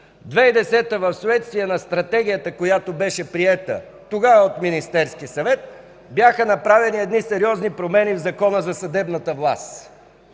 2010 г. вследствие на Стратегията, приета тогава от Министерския съвет, бяха направени сериозни промени в Закона за съдебната власт.